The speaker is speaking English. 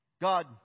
God